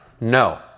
No